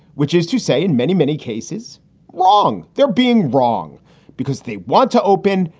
which is to say in many, many cases wrong. they're being wrong because they want to open,